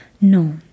No